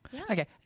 Okay